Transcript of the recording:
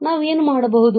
ನಾವು ಏನು ಮಾಡಬಹುದು